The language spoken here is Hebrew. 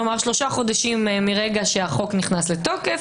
כלומר שלושה חודשים מיום שהחוק נכנס לתוקף